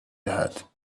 دهد